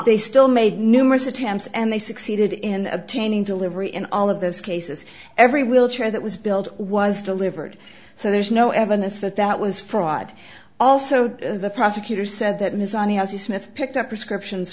they still made numerous attempts and they succeeded in obtaining delivery in all of those cases every wheelchair that was billed was delivered so there's no evidence that that was fraud also the prosecutor said that ms ali has you smith picked up prescriptions